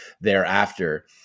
thereafter